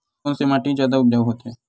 कोन से माटी जादा उपजाऊ होथे?